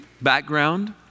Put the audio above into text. background